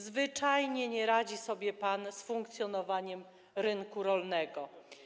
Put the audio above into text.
Zwyczajnie nie radzi sobie pan z funkcjonowaniem rynku rolnego.